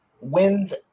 wins